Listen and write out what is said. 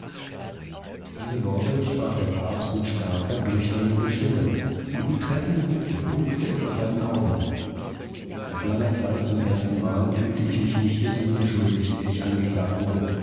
diese worte sprach der papst mit starker durchdringender stimme und wie treffende blitze funkelte es aus seinen augen nach langer zeit zum erstenmal fühlte ich mich nicht der sünde schuldig der ich angeklagt wurde